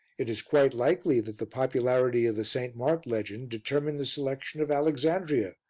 it is quite likely that the popularity of the st. mark legend determined the selection of alexandria,